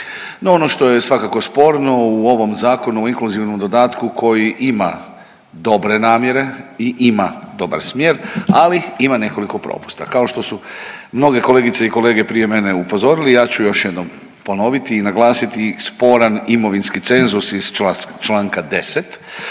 ono što je svakako sporno u ovom Zakonu o inkluzivnom dodatku koji ima dobre namjere i ima dobar smjer, ali ima nekoliko propusta. Kao što su mnoge kolegice i kolege prije mene upozorili, ja ću još jednom ponoviti i naglasiti sporan imovinski cenzus iz čl. 10